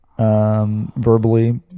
Verbally